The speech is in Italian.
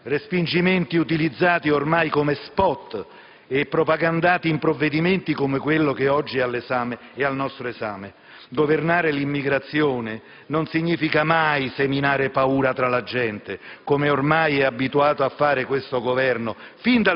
Respingimenti utilizzati ormai come *spot* e propagandati in provvedimenti come quello oggi al nostro esame. Governare l'immigrazione non significa mai seminare paura tra la gente, come ormai è abituato a fare questo Governo